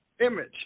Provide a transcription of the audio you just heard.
image